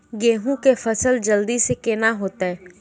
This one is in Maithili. गेहूँ के फसल जल्दी से के ना होते?